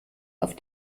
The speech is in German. auf